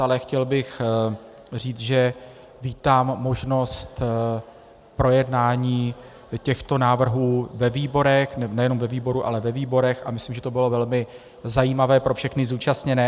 Ale chtěl bych říct, že vítám možnost projednání těchto návrhů ve výborech, nejenom ve výboru, ale ve výborech, a myslím, že to bylo velmi zajímavé pro všechny zúčastněné.